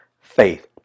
faith